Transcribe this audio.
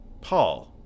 ...Paul